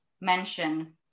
mention